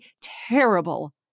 terrible